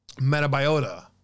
Metabiota